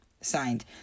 Signed